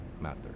matter